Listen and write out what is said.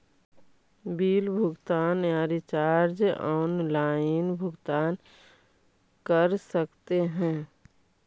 Bill भुगतान या recharge online भुगतान कर सकते हैं?